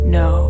no